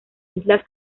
islas